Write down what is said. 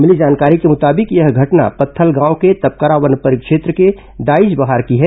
मिली जानकारी के मुताबिक यह घटना पत्थलगांव के तपकरा वन परिक्षेत्र के ग्राम दाईजबहार की है